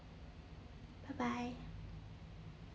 bye bye